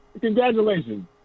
congratulations